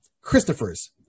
christopher's